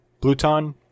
Bluton